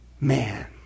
Man